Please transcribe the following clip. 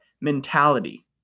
mentality